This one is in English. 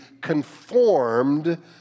conformed